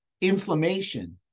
inflammation